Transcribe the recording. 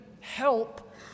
help